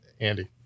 Andy